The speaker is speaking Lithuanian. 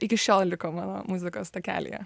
iki šiol liko mano muzikos takelyje